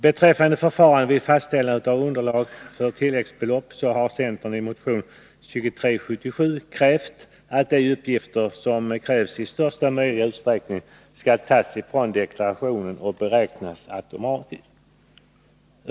Beträffande förfarandet vid fastställande av underlag för tilläggsbelopp har centern i motion 2377 yrkat att de uppgifter som krävs, i största möjliga utsträckning skall tas från deklarationen och beräknas automatiskt.